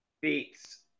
Beats